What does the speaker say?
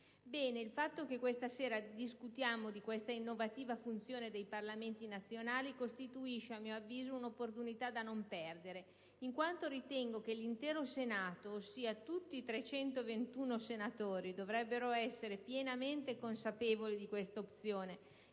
Orbene, il fatto che questa sera discutiamo di tale innovativa funzione dei Parlamenti nazionali costituisce, a mio avviso, un'opportunità da non perdere, in quanto ritengo che l'intero Senato, ossia tutti i 321 senatori dovrebbe essere pienamente consapevole di questa opzione,